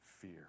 fear